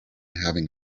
having